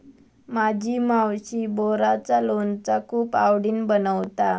माझी मावशी बोराचा लोणचा खूप आवडीन बनवता